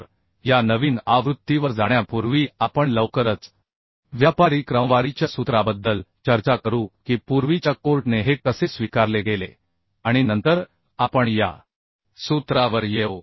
तर या नवीन आवृत्तीवर जाण्यापूर्वी आपण लवकरच व्यापारी क्रमवारीच्या सूत्राबद्दल चर्चा करू की पूर्वीच्या कोर्ट ने हे कसे स्वीकारले गेले आणि नंतर आपण या सूत्रावर येऊ